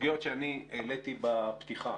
הסוגיות שאני העליתי בפתיחה